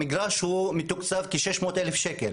המגרש מתוקצב כ-600,000 ₪.